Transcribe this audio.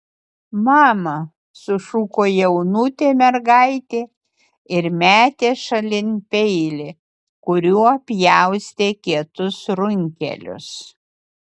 mama sušuko jaunutė mergaitė ir metė šalin peilį kuriuo pjaustė kietus runkelius